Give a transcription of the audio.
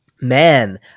man